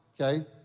okay